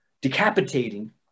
decapitating